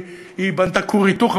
והיא בנתה כור היתוך,